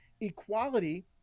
equality